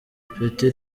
ipeti